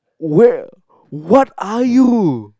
where what are you